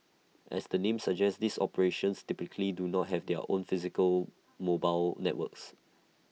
as the name suggests these operators typically do not have their own physical mobile networks